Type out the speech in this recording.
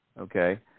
okay